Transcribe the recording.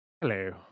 Hello